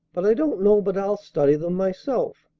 but i don't know but i'll study them myself.